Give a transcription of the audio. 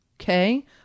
Okay